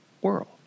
world